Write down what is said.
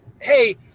hey